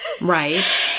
Right